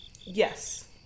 Yes